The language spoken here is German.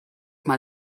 mal